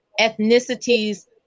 ethnicities